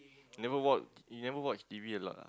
never watch you never watch T_V a lot ah